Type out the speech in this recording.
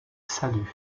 salut